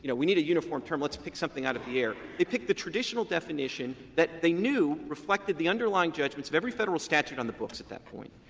and we need a uniform term, let's pick this out of the air. they picked the traditional definition that they knew reflected the underlying judgments of every federal statute on the books at that point.